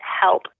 help